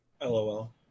LOL